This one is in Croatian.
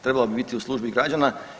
Trebala bi biti u službi građana.